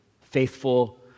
faithful